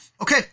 Okay